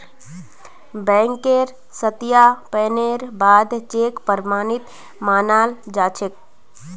बैंकेर सत्यापनेर बा द चेक प्रमाणित मानाल जा छेक